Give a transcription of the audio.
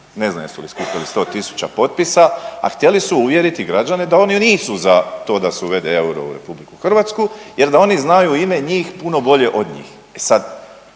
ne znam jesu li skupili 100.000 potpisa, a htjeli su uvjeriti građane da oni nisu za to da se uvede euro u RH jer da oni znaju u ime njih puno bolje od njih.